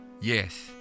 Yes